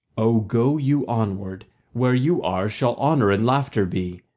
o go you onward where you are shall honour and laughter be,